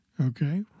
okay